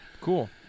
Cool